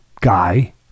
guy